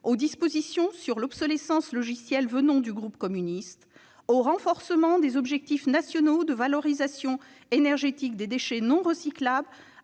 aux dispositions sur l'obsolescence logicielle émanant du groupe communiste ; au renforcement des objectifs nationaux de valorisation énergétique des déchets non recyclables,